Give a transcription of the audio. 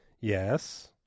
Yes